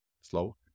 slow